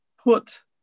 put